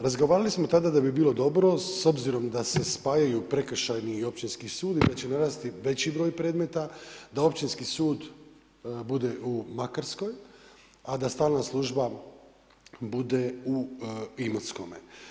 Razgovarali smo tada da bi bilo dobro s obzirom da se spajaju prekršajni i općinski sud i da će narasti veći broj predmeta, da općinski sud bude u Makarskoj, a da stalna služba bude u Imotskome.